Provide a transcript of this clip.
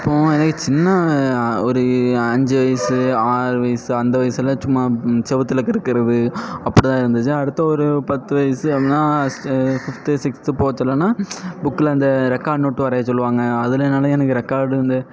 இப்போவும் எனக்கு சின்ன ஒரு அஞ்சு வயசு ஆறு வயசு அந்த வயதில் சும்மா சுவுத்துல கிறுக்கிறது அப்படி தான் இருந்துச்சு அடுத்த ஒரு பத்து வயது அப்படின்னா ஸ் ஃபிஃப்த்து சிக்ஸ்த்து போகச்சுல்லன்னா புக்கில் அந்த ரெக்கார்ட் நோட் வரைய சொல்லுவாங்க அதில் என்னெனா எனக்கு ரெக்கார்டு வந்து